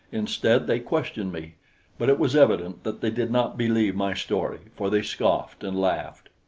instead they questioned me but it was evident that they did not believe my story, for they scoffed and laughed.